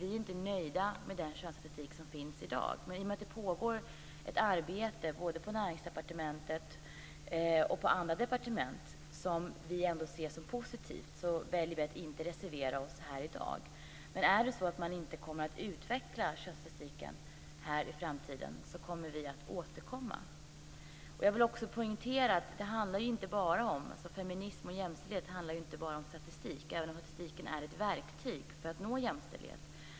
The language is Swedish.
Vi är inte nöjda med den könsstatistik som finns i dag, men i och med att det pågår ett arbete både på Näringsdepartementet och på andra departement som vi ser som positivt väljer vi att inte reservera oss i dag. Om man inte utvecklar könsstatistiken vidare i framtiden avser vi däremot att återkomma. Jag vill poängtera att feminism och jämställdhet inte bara handlar om statistik, även om statistiken är ett verktyg för att nå jämställdhet.